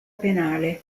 penale